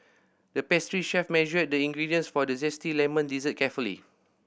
the pastry chef measured the ingredients for a zesty lemon dessert carefully